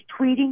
tweeting